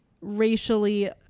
racially